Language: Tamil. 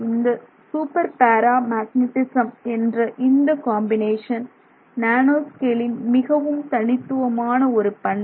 இந்த சூப்பர் பேரா மேக்னெட்டிசம் என்ற இந்த காம்பினேஷன் நேனோ ஸ்கேலின் மிகவும் தனித்துவமான ஒரு பண்பு